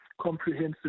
comprehensive